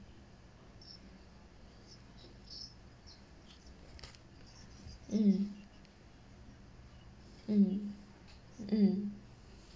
mm mm mm